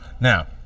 Now